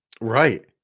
Right